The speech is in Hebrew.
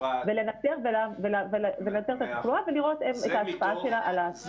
לנטר את התחלואה ולראות את ההשפעה שלה על הסביבה.